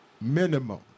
Minimum